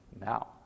Now